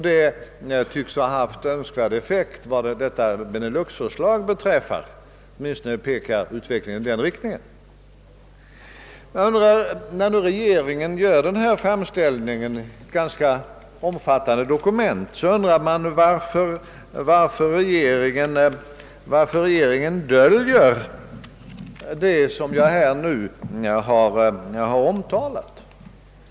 Detta tycks ha haft önskad effekt vad beneluxförslaget beträffar åtminstone pekar utvecklingen i den riktningen. När nu regeringen i dag förelägger riksdagen denna ganska omfattande framställning undrar man varför den döljer det jag här har omtalat.